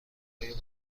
پای